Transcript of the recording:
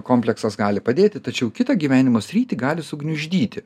kompleksas gali padėti tačiau kitą gyvenimo sritį gali sugniuždyti